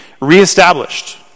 reestablished